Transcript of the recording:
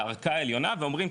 לערכאה העליונה ואומרים,